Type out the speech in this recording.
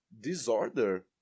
disorder